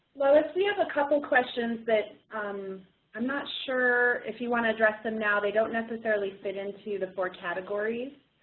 lois, we have a couple questions that i'm not sure if you want to address them now. they don't necessarily fit into the four categories.